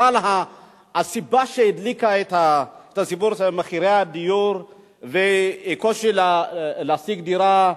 אבל הסיבה שהדליקה את הסיפור זה מחירי הדיור והקושי להשיג דירה,